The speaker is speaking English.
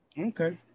Okay